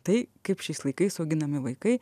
tai kaip šiais laikais auginami vaikai